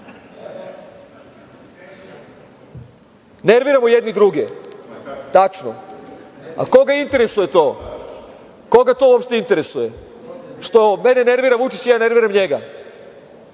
sutra. Nerviramo jedni druge. Tačno. Koga interesuje to, koga to uopšte interesuje što mene nervira Vučić i ja nerviram njega,